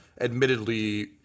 admittedly